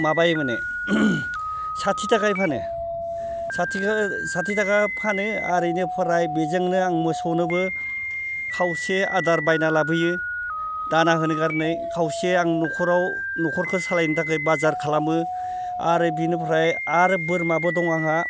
माबायो माने साथि थाखायै फानो साथिखो साथि थाखा फानो आर इनिफ्राय बेजोंनो आं मोसौनोबो खावसे आदार बायना लाबोयो दाना होनो खारनै खावसे आं न'खराव न'खरखो सालायनो थाखै बाजार खालामो आरो बिनिफोराय आरो बोरमाबो दं आंहा